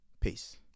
Peace